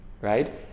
right